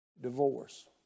divorce